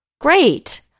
Great